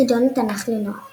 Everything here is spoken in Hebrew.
חידון התנ"ך לנוער